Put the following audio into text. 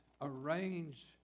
arrange